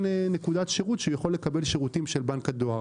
נקודת שירות בה הוא יכול לקבל שירותים של בנק הדואר.